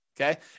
Okay